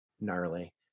gnarly